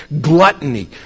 gluttony